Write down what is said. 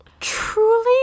truly